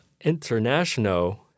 international